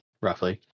roughly